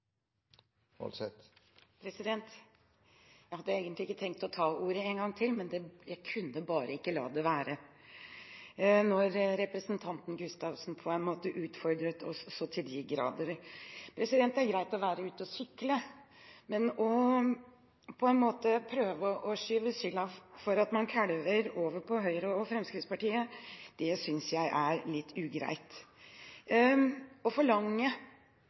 Jeg hadde egentlig ikke tenkt å ta ordet en gang til, men jeg kunne bare ikke la være når representanten Gustavsen utfordret oss så til de grader. Det er greit å være ute og sykle, men å prøve å skyve skylden for at man «kælver» over på Høyre og Fremskrittspartiet, synes jeg er litt ugreit. Når det gjelder å forlange